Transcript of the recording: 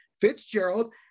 Fitzgerald